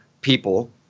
people